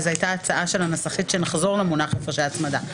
הייתה הצעה של הנסחית שנחזור למונח הפרשי הצמדה.